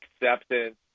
acceptance